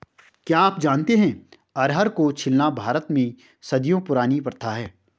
क्या आप जानते है अरहर को छीलना भारत में सदियों पुरानी प्रथा है?